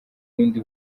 bindi